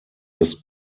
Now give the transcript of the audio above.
des